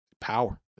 Power